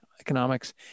economics